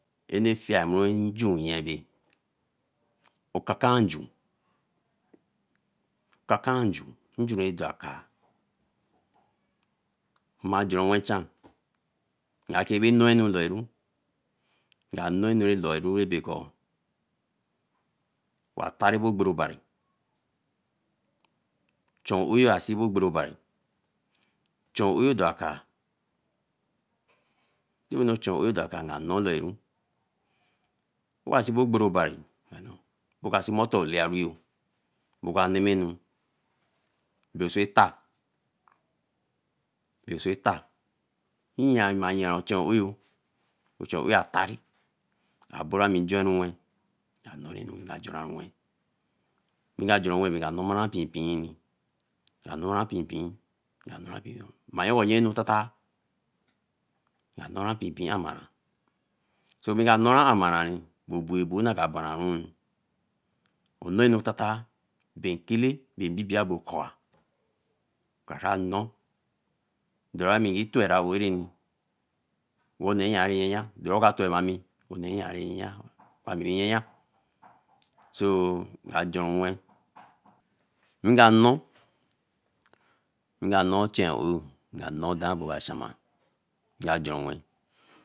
anura fremu ajunjeye bae okaka njun okakanju, njun ra dakar. ma jori wen chan na keebe nnoo anu looru, na noo anu looru ra be kor wa tari ogbere obaru, ochoyo aseri ogbere obari. chuoyo darkar nka noor leru, oba see ogbere obari, oka see moto lari yo, moka menenu do so eta, do so eta, nyea mma yea ochen oou, ochen oou atari, abora ami jorunwe anoorenu nka joran wen, nka joranwe nka noori pein pein. ka nora pein pein. Ma yen wa yanu tata, ma nora pein pein. Dora mi ki towe aowe areni nyan yan, do ra ka towe ami one ra yan yan, ami rin yan yan so nka jorenwen nga noor, nga noor ochen oo, nga noor dan rai ka chama